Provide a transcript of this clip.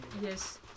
Yes